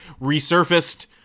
resurfaced